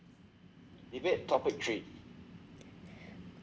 debate topic three